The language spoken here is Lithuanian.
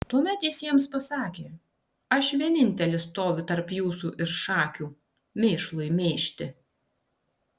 tuomet jis jiems pasakė aš vienintelis stoviu tarp jūsų ir šakių mėšlui mėžti